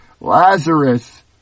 Lazarus